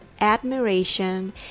admiration